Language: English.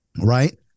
Right